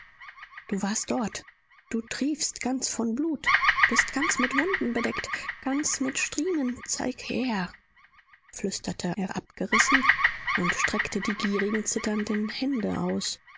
du warst dort du triefst ganz von blut bist ganz mit wunden bedeckt ganz mit striemen zeig her flüsterte er abgerissen und streckte die gierigen zitternden hände aus